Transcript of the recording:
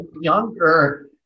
younger